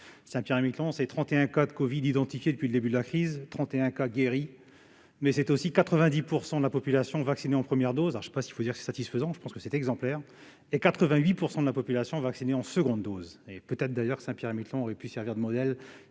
Saint-Pierre-et-Miquelon, c'est 31 cas de covid identifiés depuis le début de la crise - 31 cas guéris -, mais c'est aussi 90 % de la population vaccinée en première dose - un taux sinon satisfaisant, du moins exemplaire -, et 88 % de la population vaccinée en seconde dose. Peut-être d'ailleurs Saint-Pierre-et-Miquelon aurait-il pu servir de modèle,